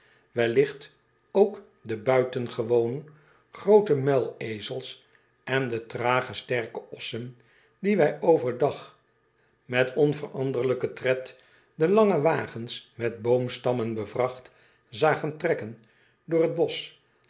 welligt ook de buitengewoon groote muilezels en de trage sterke ossen die wij overdag met onveranderlijk en tred de lange wagens met boomstammen bevracht zagen trekken door het bosch